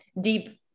deep